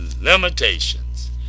limitations